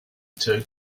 two